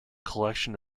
collection